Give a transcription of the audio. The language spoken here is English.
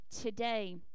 today